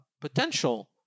potential